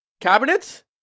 cabinets